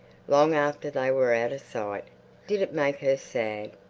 long after they were out of sight. did it make her sad?